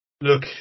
Look